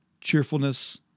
cheerfulness